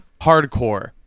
hardcore